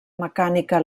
mecànica